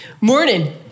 Morning